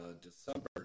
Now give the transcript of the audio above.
December